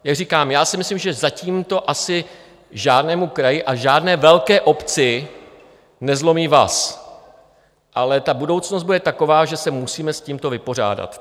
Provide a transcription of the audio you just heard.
Jak říkám, já si myslím, že zatím to asi žádnému kraji a žádné velké obci nezlomí vaz, ale budoucnost bude taková, že se musíme s tímto vypořádat.